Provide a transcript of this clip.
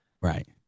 Right